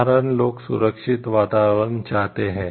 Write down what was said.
साधारण लोग सुरक्षित वातावरण चाहते हैं